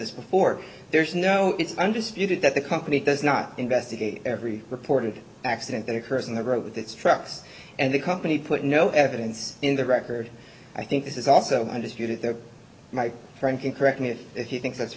this before there's no it's undisputed that the company does not investigate every reported accident that occurs in the road that's trucks and the company put no evidence in the record i think this is also undisputed that my friend can correct me if he thinks that's